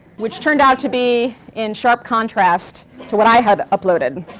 which turned out to be in sharp contrast to what i had uploaded.